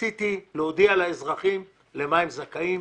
רציתי להודיע לאזרחים על מה הם זכאים,